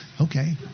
okay